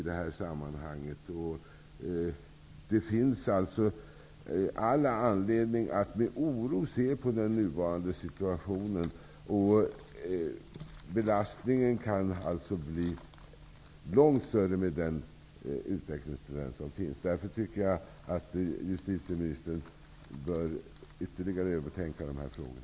Det finns alltså all anledning att med oro se på den nuvarande situationen, därför att belastningen på fängelserna kan bli långt större med den utvecklingstendens som finns. Justitieministern bör därför ytterligare tänka över dessa frågor.